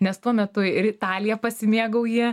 nes tuo metu ir italija pasimėgauji